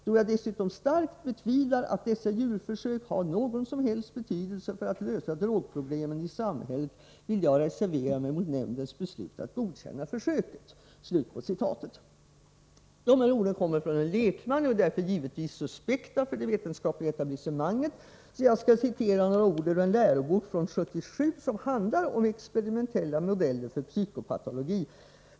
Då jag dessutom starkt betvivlar att dessa djurförsök har någon som helst betydelse för att lösa drogproblemen i samhället, vill jag reservera mig mot nämndens beslut att godkänna försöket.” Dessa ord kommer från en lekman och är därför givetvis suspekta för det vetenskapliga etablissemanget. Jag skall därför referera vad som skrivs i en amerikansk lärobok från 1977, som handlar om experimentella modeller för psykopatologi.